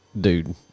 Dude